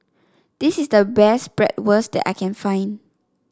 this is the best Bratwurst that I can find